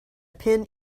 pin